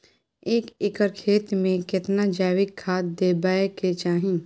एक एकर खेत मे केतना जैविक खाद देबै के चाही?